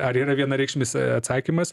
ar yra vienareikšmis atsakymas